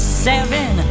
seven